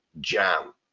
Jam